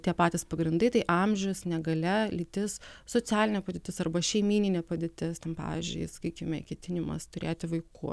tie patys pagrindai tai amžius negalia lytis socialinė padėtis arba šeimyninė padėtis ten pavyzdžiui sakykime ketinimas turėti vaikų